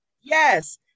Yes